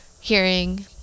hearing